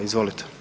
Izvolite.